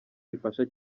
rifasha